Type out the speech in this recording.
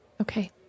Okay